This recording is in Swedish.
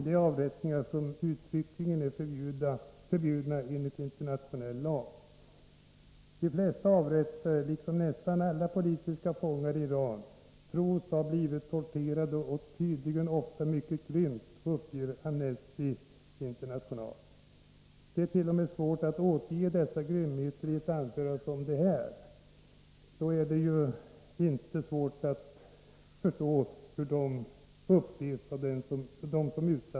Det är avrättningar som uttryckligen är förbjudna enligt internationell lag. De flesta avrättade, liksom nästan alla politiska fångar i Iran, tros ha blivit torterade, ofta tydligen mycket grymt, uppger Amnesty International. Det är t.o.m. svårt att återge dessa grymheter i ett anförande som detta. Då är det inte svårt att förstå hur de upplevs av dem som blivit utsatta.